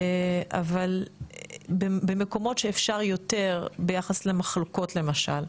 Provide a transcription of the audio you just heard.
אבל במקומות שאפשר יותר ביחס למחלוקות, למשל,